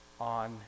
on